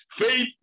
Faith